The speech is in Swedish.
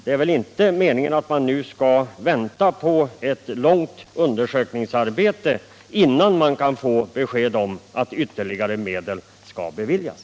Det är väl inte meningen att man nu skall behöva vänta på ett långvarigt undersökningsarbete, innan man kan få besked om att ytterligare medel skall beviljas?